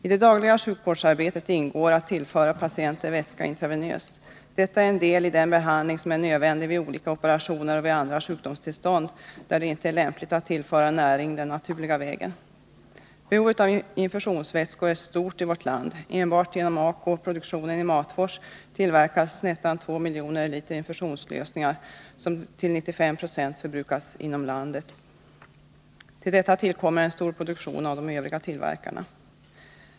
I det dagliga sjukvårdsarbetet ingår att tillföra patienter vätska intravenöst. Detta är en del av den behandling som är nödvändig vid olika operationer och vid andra sjukdomstillstånd, där det inte är lämpligt att tillföra näring den naturliga vägen. Behovet av infusionsvätskor är stort i vårt land. Enbart genom Aco Läkemedel AB:s produktion i Matfors tillverkas nästan 2 miljoner liter infusionslösningar, som till 95 26 förbrukas inom landet. Till detta kommer en stor produktion av de övriga tillverkarna.